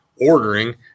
ordering